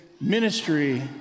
ministry